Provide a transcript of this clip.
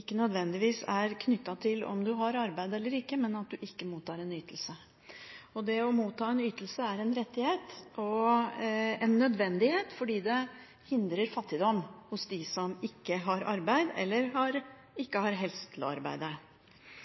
ikke nødvendigvis knyttet til om du har arbeid eller ikke, men at du mottar en ytelse. Det å motta en ytelse er en rettighet, og en nødvendighet, fordi det hindrer fattigdom hos dem som ikke har arbeid eller helse til å arbeide.